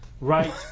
right